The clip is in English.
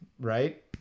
right